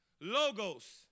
logos